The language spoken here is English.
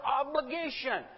obligation